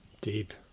Deep